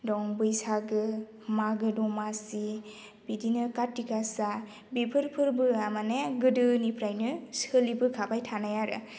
दं बैसागो मागो द'मासि बिदिनो कार्तिक गासा बेफोर फोरबोआ माने गोदोनिफ्रायनो सोलिबोखाबाय थानाय आरो